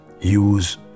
use